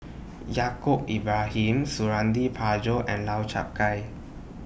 Yaacob Ibrahim Suradi Parjo and Lau Chiap Khai